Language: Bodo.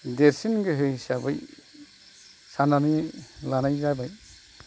देरसिन गोहो हिसाबै साननानै लानाय जाबाय